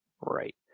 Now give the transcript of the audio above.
Right